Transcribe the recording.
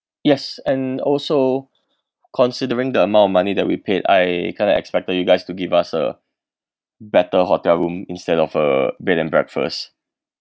yes and also considering the amount of money that we paid I kind of expected you guys to give us a better hotel room instead of a bed and breakfast